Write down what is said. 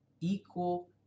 equal